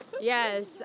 Yes